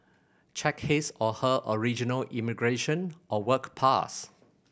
check his or her original immigration or work pass